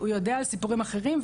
הוא יודע על סיפורים אחרים,